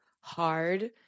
hard